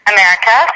America